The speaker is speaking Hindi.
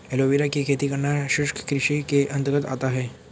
एलोवेरा की खेती करना शुष्क कृषि के अंतर्गत आता है